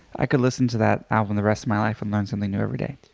i could listen to that album the rest of my life and learn something new every day.